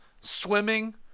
swimming